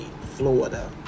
Florida